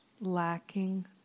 lacking